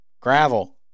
gravel